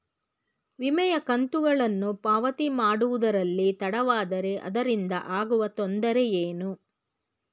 ವಿಮೆಯ ಕಂತುಗಳನ್ನು ಪಾವತಿ ಮಾಡುವುದರಲ್ಲಿ ತಡವಾದರೆ ಅದರಿಂದ ಆಗುವ ತೊಂದರೆ ಏನು?